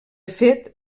fet